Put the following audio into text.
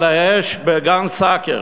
"על האש" בגן-סאקר,